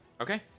Okay